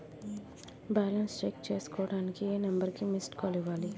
Balance check చేసుకోవటానికి ఏ number కి మిస్డ్ కాల్ ఇవ్వాలి?